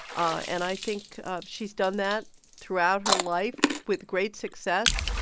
and i think she's done that throughout her life with great success.